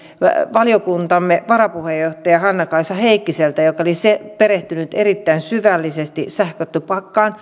valiokuntamme varapuheenjohtaja hannakaisa heikkiseltä joka oli perehtynyt erittäin syvällisesti sähkötupakkaan